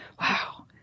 wow